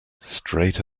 straight